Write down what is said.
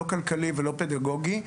לא כלכלי ולא פדגוגי.